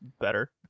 Better